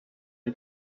die